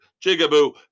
Jigaboo